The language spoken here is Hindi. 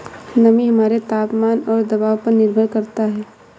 नमी हमारे तापमान और दबाव पर निर्भर करता है